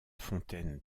fontaine